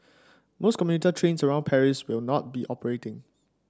most commuter trains around Paris will not be operating